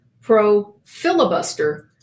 pro-filibuster